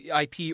IP